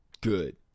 good